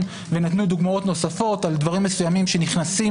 ונתנו דוגמאות נוספות על תקבולים שנכנסים